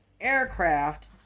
aircraft